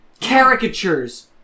caricatures